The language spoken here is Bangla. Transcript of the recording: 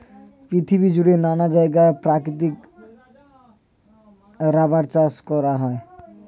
পৃথিবী জুড়ে নানা জায়গায় প্রাকৃতিক রাবার চাষ করা হয়